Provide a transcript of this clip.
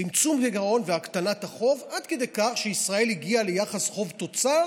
צמצום גירעון והקטנת החוב עד כדי כך שישראל הגיעה ליחס חוב תוצר